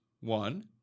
one